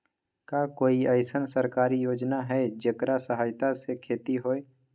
का कोई अईसन सरकारी योजना है जेकरा सहायता से खेती होय?